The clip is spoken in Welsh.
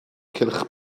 cylch